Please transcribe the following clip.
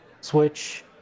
switch